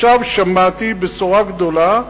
עכשיו שמעתי בשורה גדולה,